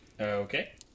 Okay